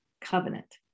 covenant